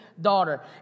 daughter